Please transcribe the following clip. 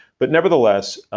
but nevertheless,